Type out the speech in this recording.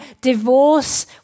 divorce